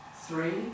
three